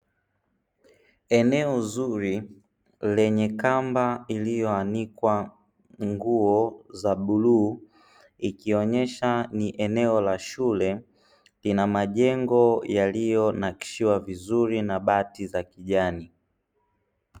Eneo zuri lenye kamba iliyoanikwa nguo za bluu, ikionyesha ni eneo la shule lina majengo yaliyo nakishiwa vizuri na bati za kijani.